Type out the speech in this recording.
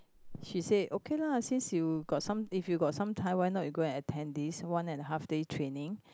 she said okay lah since you got some if you got some time why not you go and attend this one and a half day training